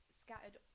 scattered